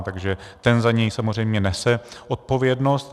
Takže ten za něj samozřejmě nese odpovědnost.